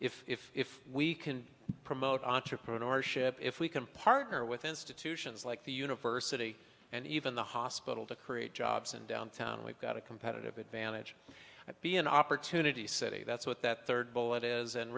and if we can promote entrepreneurship if we can partner with institutions like the university and even the hospital to create jobs in downtown we've got a competitive advantage be an opportunity city that's what that third bullet is and